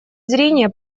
зрения